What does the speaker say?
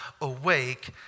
awake